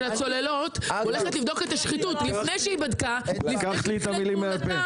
הצוללת הולכת לבדוק את השחיתות לפני שהיא התחילה את פעולתה.